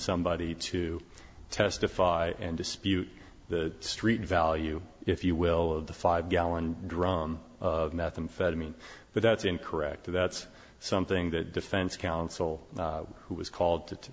somebody to testify and dispute the street value if you will of the five gallon drum of methamphetamine but that's incorrect that's something that defense counsel who was called to